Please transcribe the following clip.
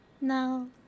No